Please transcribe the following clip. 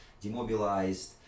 demobilized